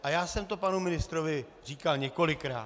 A já jsem to panu ministrovi říkal několikrát.